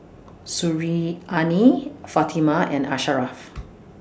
Suriani Fatimah and Asharaff